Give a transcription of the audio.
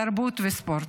התרבות והספורט.